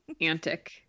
antic